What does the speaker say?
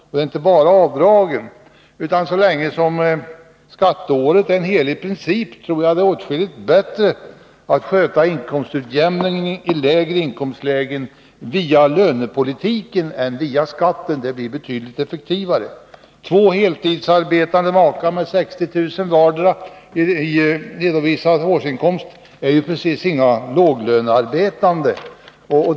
Det beror inte bara på avdragen. Så länge skatteåret är en helig princip tror jag det är åtskilligt bättre att sköta inkomstutjämningen för lägre inkomstlägen via lönepolitiken i stället för via skatten. Det blir betydligt effektivare. Två heltidsarbetande makar med 60 000 vardera i redovisad årsinkomst är inte precis några låglönearbetare.